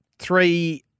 Three